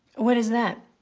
what is that?